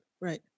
right